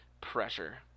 pressure